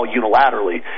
unilaterally